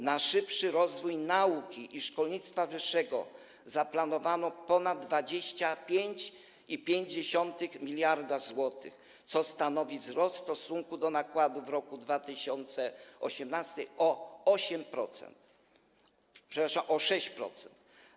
Na szybszy rozwój nauki i szkolnictwa wyższego zaplanowano ponad 25,5 mld zł, co stanowi wzrost w stosunku do nakładów w roku 2018 o 8%, przepraszam, o 6%.